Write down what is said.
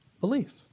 Belief